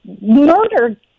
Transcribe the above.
murdered